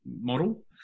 model